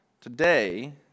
Today